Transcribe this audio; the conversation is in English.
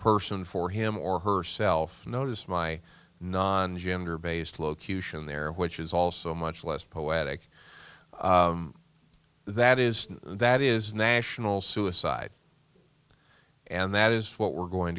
person for him or herself notice my non gender based on their which is also much less poetic that is that is national suicide and that is what we're going